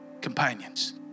companions